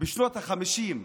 בשנות החמישים,